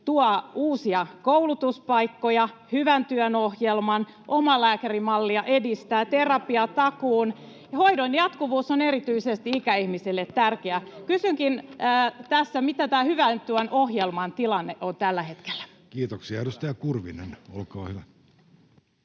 tuo uusia koulutuspaikkoja, Hyvän työn ohjelman, edistää omalääkärimallia, tuo terapiatakuun. Hoidon jatkuvuus on erityisesti ikäihmisille tärkeää. Kysynkin tässä: mikä tämän Hyvän työn ohjelman tilanne on tällä hetkellä? Kiitoksia. — Edustaja Kurvinen, olkaa hyvä.